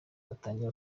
arangiza